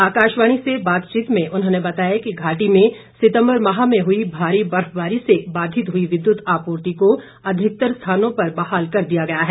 आकाशवाणी से बातचीत में उन्होंने बताया कि घाटी में सितम्बर माह में हुई भारी बर्फबारी से बाधित हुई विद्युत आपूर्ति को अधिकतर स्थानों पर बहाल कर दिया गया है